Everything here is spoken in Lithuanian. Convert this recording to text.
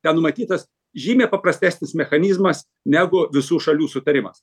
ten numatytas žymiai paprastesnis mechanizmas negu visų šalių sutarimas